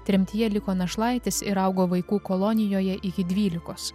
tremtyje liko našlaitis ir augo vaikų kolonijoje iki dvylikos